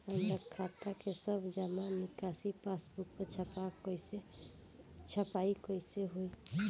हमार खाता के सब जमा निकासी पासबुक पर छपाई कैसे होई?